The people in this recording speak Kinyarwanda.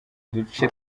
duce